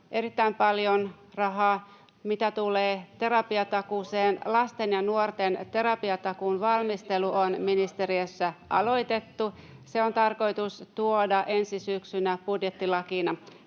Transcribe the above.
erittäin paljon rahaa. Mitä tulee terapiatakuuseen, lasten ja nuorten terapiatakuun valmistelu on ministeriössä aloitettu. [Suna Kymäläisen välihuuto] Se on tarkoitus tuoda ensi syksynä budjettilakina